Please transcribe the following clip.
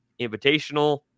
Invitational